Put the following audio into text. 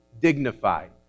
dignified